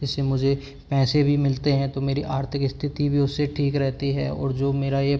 इससे मुझे पैसे भी मिलते हैं तो मेरी आर्थिक स्थिति भी उससे ठीक रहती है और जो मेरा ये